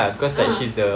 (uh huh)